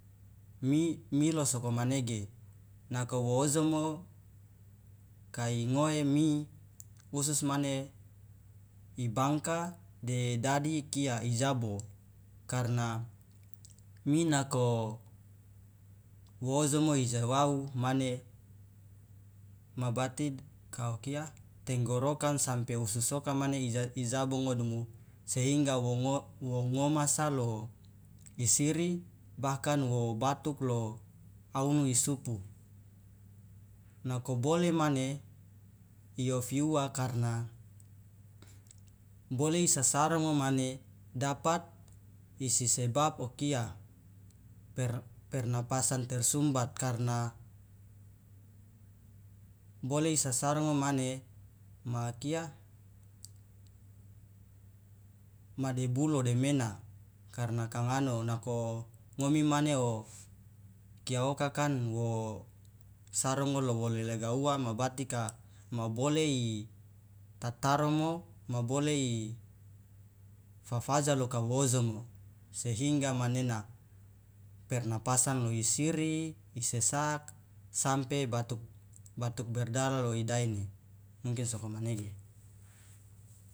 Mi mi lo sokomanege nako woojomo kai ngoe mi usus mane ibangka de dadi kia jabo karna mi nako woojomo ijau au mane ma bati ka tenggorokan sampe usus oka mane ija ijabo ngodumu sehingga wo ngo wo ngomasa lo isiri bahkan wo batuk lo aunu isupu nako bole mane iofi uwa karna bole isasarongo mane dapat isisebab okia per pernapasan tersumbat karna bole isasarongo mane ma kia ma debu lo demena karna kangano nako ngomi mane o okia oka kan wo sarongo lo wo lelega uwa ma bati ka ma bole i tataromo ma bole i fafaja lo kawo ojomo sehingga manena pernapasan lo isiri isesak sampe batuk berdara lo idaene mungkin sokomanege.